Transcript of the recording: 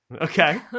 Okay